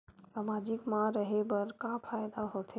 सामाजिक मा रहे बार का फ़ायदा होथे?